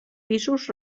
pisos